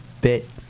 bit